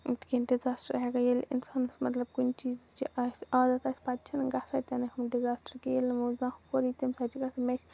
تیٖژاہ سُہ ہٮ۪کان ییٚلہِ اِنسانَس مطلب کُنہِ چیٖزٕچ یہِ آسہِ مطلب عادت آسہِ پَتہٕ چھِنہٕ گژھان تِنہٕ ہُہ کیٚنہہ ییٚلہِ نہٕ زانٛہہ کوٚرُے تٔمۍ ساتہٕ چھِ گژھان